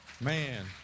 Man